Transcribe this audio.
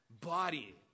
body